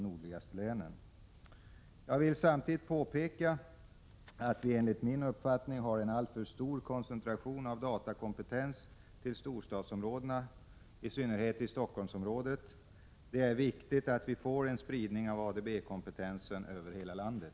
Jag vill samtidigt påpeka att vi enligt min uppfattning har en alltför stor koncentration av datakompetens till storstadsområdena, i synnerhet till Stockholmsområdet. Det är viktigt att vi får en spridning av ADB kompetensen över hela landet.